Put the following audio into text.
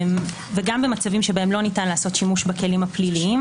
וגם במצבים שבהם לא ניתן לעשות שימוש בכלים הפליליים